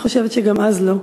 אני חושבת שגם אז לא.